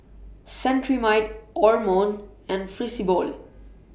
Cetrimide Omron and Fibrosol